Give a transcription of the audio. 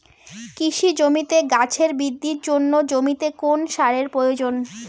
কৃষি জমিতে গাছের বৃদ্ধির জন্য জমিতে কোন সারের প্রয়োজন?